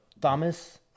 Thomas